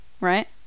right